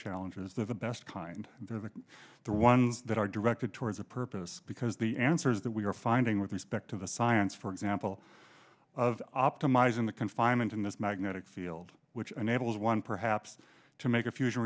challenges they're the best kind and they're the ones that are directed towards a purpose because the answers that we are finding with respect to the science for example of optimizing the confinement in this magnetic field which enables one perhaps to make a fusion